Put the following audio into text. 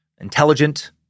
intelligent